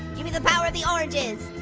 give me the power of the oranges!